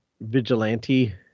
vigilante